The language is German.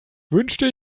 wünschte